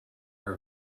her